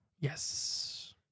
Yes